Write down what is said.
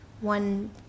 one